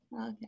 Okay